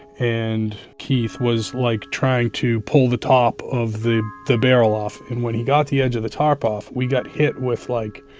and keith was like trying to pull the top of the the barrel off. and when he got the edge of the tarp off, we got hit with, like,